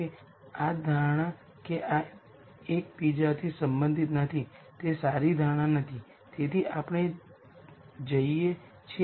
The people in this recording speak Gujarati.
તેથી તો પણ આ બધી ચર્ચા માન્ય છે